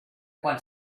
quan